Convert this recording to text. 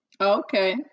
Okay